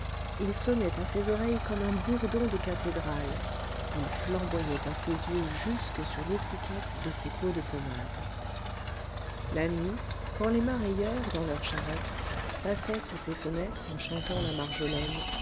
il sonnait à ses oreilles comme un bourdon de cathédrale il flamboyait à ses yeux jusque sur l'étiquette de ses pots de pommade la nuit quand les mareyeurs dans leurs charrettes passaient sous ses fenêtres en chantant la marjolaine